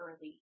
early